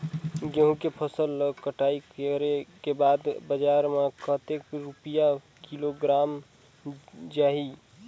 गंहू के फसल ला कटाई करे के बाद बजार मा कतेक रुपिया किलोग्राम जाही?